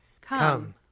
Come